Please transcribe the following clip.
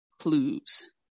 clues